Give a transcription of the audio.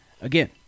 Again